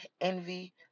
envy